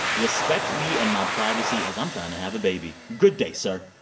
respect me and my privacy as i'm trying to have a baby. good day, sir.